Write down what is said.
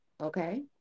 okay